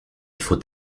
faut